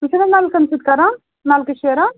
تُہۍ چھُو حظ نَلکَن سۭتۍ کران نَلکہٕ شیران